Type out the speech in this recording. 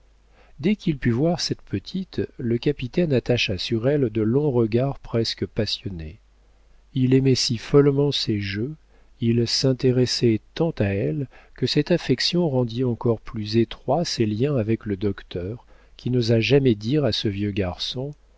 dès qu'il put voir cette petite le capitaine attacha sur elle de longs regards presque passionnés il aimait si follement ses jeux il s'intéressait tant à elle que cette affection rendit encore plus étroits ses liens avec le docteur qui n'osa jamais dire à ce vieux garçon